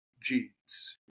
jeans